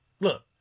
look